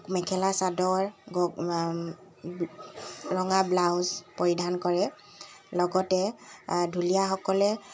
মেখেলা চাদৰ গ ৰঙা ব্লাউজ পৰিধান কৰে লগতে ঢুলীয়াসকলে